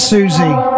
Susie